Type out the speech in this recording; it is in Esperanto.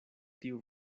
tiu